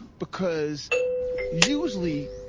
because usually,